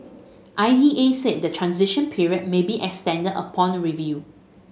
I E A said the transition period may be extended upon review